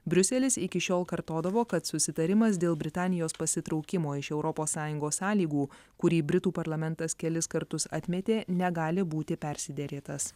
briuselis iki šiol kartodavo kad susitarimas dėl britanijos pasitraukimo iš europos sąjungos sąlygų kurį britų parlamentas kelis kartus atmetė negali būti persiderėtas